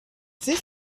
this